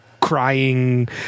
crying